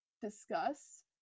discuss